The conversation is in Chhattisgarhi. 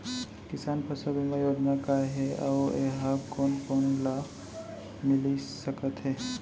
किसान फसल बीमा योजना का हे अऊ ए हा कोन कोन ला मिलिस सकत हे?